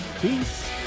Peace